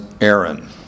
Aaron